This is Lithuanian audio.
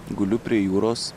guliu prie jūros